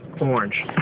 orange